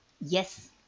Yes